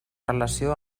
relació